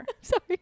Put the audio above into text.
Sorry